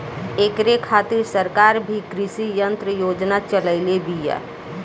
ऐकरे खातिर सरकार भी कृषी यंत्र योजना चलइले बिया